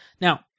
now